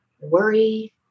worry